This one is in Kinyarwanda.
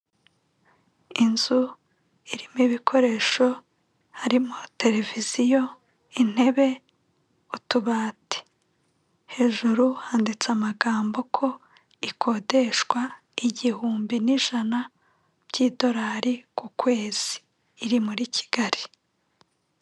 Inzu irimo ibikoresho harimo televiziyo, intebe, utubati hejuru handitse amagambo ko ikodeshwa igihumbi n'ijana by'idolari ku kwezi iri muri Kigali.